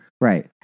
right